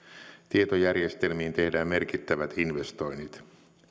tietojärjestelmiin tehdään merkittävät investoinnit